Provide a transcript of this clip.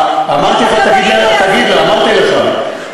תגיד לה, אמרתי לך.